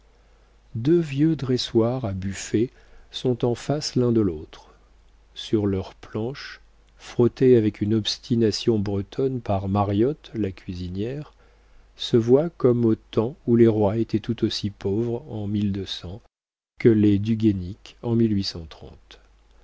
deux vieux dressoirs à buffets sont en face l'un de l'autre sur leurs planches frottées avec une obstination bretonne par mariotte la cuisinière se voient comme au temps où les rois étaient tout aussi pauvres en que les du guaisnic en